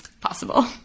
possible